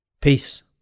Peace